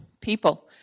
people